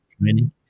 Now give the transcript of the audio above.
training